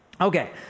Okay